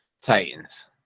Titans